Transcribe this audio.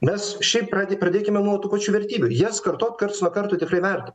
mes šiaip pra pradėkime nuo tų pačių vertybių jas kartot karts nuo karto tikrai verta